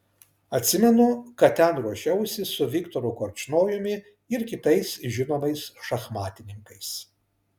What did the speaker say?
atsimenu kad ten ruošiausi su viktoru korčnojumi ir kitais žinomais šachmatininkais